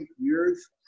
years